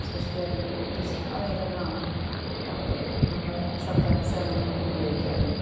special category ഡോക്ടേഴ്സും available ആണ് കുഴപ്പമില്ല നമ്മൾ സർക്കാരിൻ്റെ സേവനങ്ങള് നമ്മൾ ഉപയോഗിക്കാറുണ്ട്